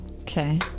Okay